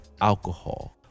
alcohol